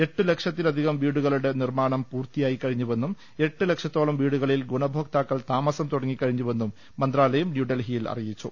എട്ട് ലക്ഷത്തിലധികം വീടുക ളുടെ നിർമ്മാണം പൂർത്തിയായിക്കഴിഞ്ഞുവെന്നും എട്ട് ലക്ഷത്തോളം വീടുകളിൽ ഗുണഭോക്താക്കൾ താമസം തുടങ്ങിക്കഴിഞ്ഞുവെന്നും മന്ത്രാലയം ന്യൂഡൽഹിയിൽ അറിയിച്ചു